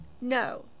no